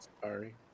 sorry